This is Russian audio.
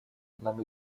нам